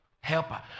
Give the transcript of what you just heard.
helper